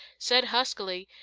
said huskily,